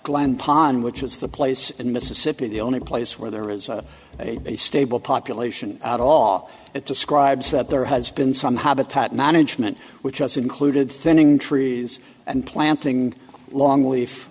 pond which is the place in mississippi the only place where there is a stable population at all it describes that there has been some habitat management which has included thinning trees and planting long leaf